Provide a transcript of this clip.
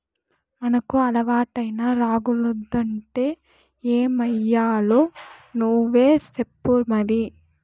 మనకు అలవాటైన రాగులొద్దంటే ఏమయ్యాలో నువ్వే సెప్పు మరి